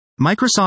Microsoft